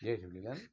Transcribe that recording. Jay Jhulelal